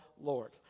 Lord